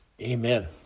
amen